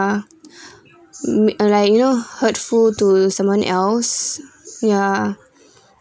uh uh like you know hurtful to someone else ya